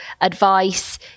advice